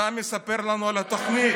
אתה מספר לנו על התוכנית.